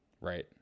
right